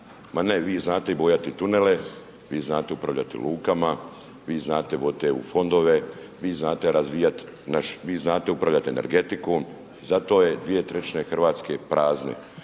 Ma ne, vi znate bojati tunele, vi znate upravljati lukama, vi znate voditi EU fondove, vi znate razvijat naš, vi znate upravljati energetikom, zato je 2/3 Hrvatske prazne.